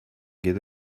get